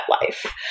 life